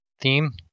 theme